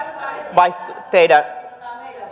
teidän